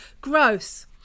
Gross